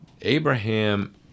Abraham